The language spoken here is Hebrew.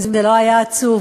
אם זה לא היה עצוב,